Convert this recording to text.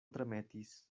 tremetis